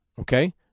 okay